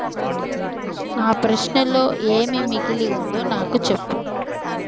ఆ ప్రశ్నలో ఏమి మిగిలి ఉందో నాకు చెప్పు